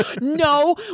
No